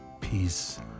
peace